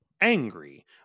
angry